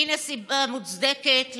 הינה סיבה מוצדקת למחאה,